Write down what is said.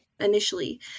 Initially